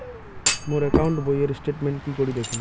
মোর account বইয়ের statement কি করি দেখিম?